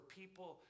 people